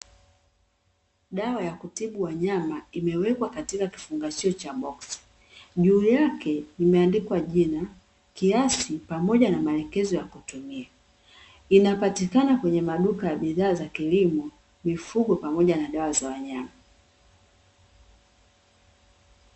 Dawa ya kutibu wanyama imewekwa katika kifungashio cha boksi, juu yake imeandikwa jina, kiasi pamoja na maelekezo ya kutumia, inapatikana kwenye maduka ya bidhaa za kilimo, mifugo pamoja na dawa za wanyama.